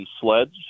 sleds